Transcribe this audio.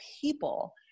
people